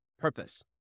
purpose